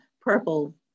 purple